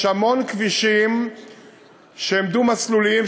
יש המון כבישים שהם דו-מסלוליים,